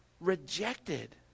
rejected